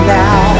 now